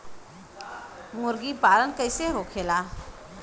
मुर्गी पालन कैसे होखेला?